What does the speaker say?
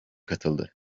katıldı